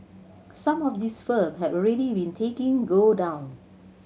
some of these firm have already been taking go down